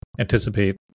anticipate